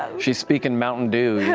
ah she's speaking mountain dew.